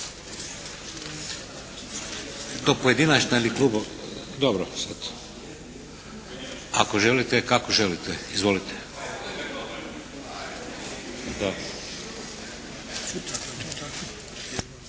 to pojedinačna ili klub? Dobro sad. Ako želite, kako želite. Da.